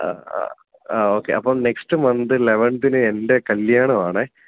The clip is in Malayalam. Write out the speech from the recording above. അ അ ആ ഓക്കെ അപ്പം നെക്സ്റ്റ് മന്ത് ലെവൻത്തിന് എൻ്റെ കല്യാണം ആണേ